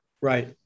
Right